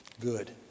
good